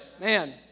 Man